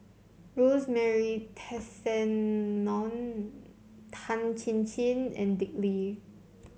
Rosemary Tessensohn Tan Chin Chin and Dick Lee